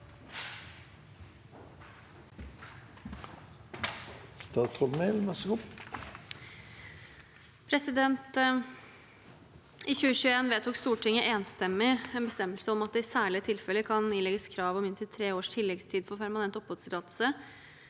I 2021 vedtok Stortinget enstemmig en bestemmelse om at det i særlige tilfeller kan ilegges krav om inntil tre års tilleggstid for permanent oppholdstillatelse,